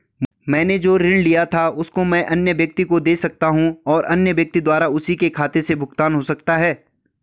मैंने जो ऋण लिया था उसको मैं अन्य व्यक्ति को दें सकता हूँ और अन्य व्यक्ति द्वारा उसी के खाते से भुगतान हो सकता है?